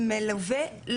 לא רק זה.